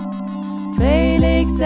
Felix